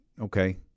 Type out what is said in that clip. okay